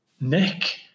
Nick